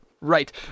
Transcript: Right